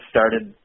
started